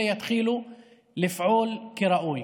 יתחילו לפעול כראוי.